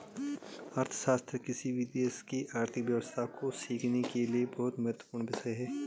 अर्थशास्त्र किसी भी देश की आर्थिक व्यवस्था को सीखने के लिए बहुत महत्वपूर्ण विषय हैं